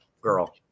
girl